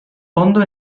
fondo